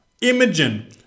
Imogen